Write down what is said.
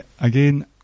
Again